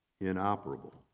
inoperable